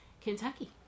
Kentucky